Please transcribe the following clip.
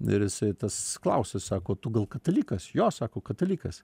ir jisai tas klausia sako tu gal katalikas jo sako katalikas